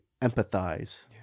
empathize